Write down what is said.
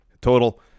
total